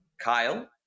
Kyle